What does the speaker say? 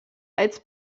als